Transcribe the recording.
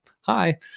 Hi